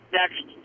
next